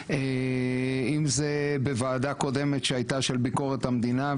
אם זה בוועדה קודמת שהייתה של ביקורת המדינה,